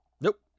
Nope